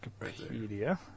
Wikipedia